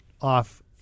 off